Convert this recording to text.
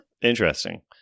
Interesting